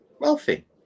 wealthy